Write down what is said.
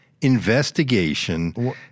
investigation